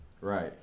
Right